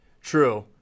True